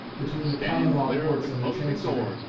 between the common law courts and the chancery,